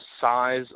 size